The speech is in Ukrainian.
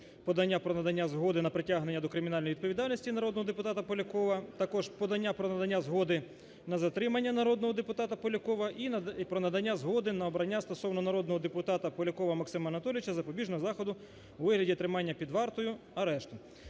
подання про надання згоди на притягнення до кримінальної відповідальності народного депутата Полякова. Також подання про надання згоди на затримання народного депутата Полякова і про надання згоди на обрання стосовно народного депутата Полякова Максима Анатолійовича запобіжного заходу у вигляді тримання під вартою арешту,